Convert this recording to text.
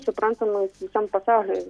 suprantamu visam pasauliui